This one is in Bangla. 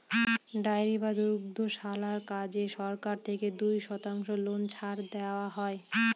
ডেয়ারি বা দুগ্ধশালার কাজে সরকার থেকে দুই শতাংশ লোন ছাড় দেওয়া হয়